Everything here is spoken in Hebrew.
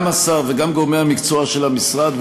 גם השר וגם גורמי המקצוע של המשרד,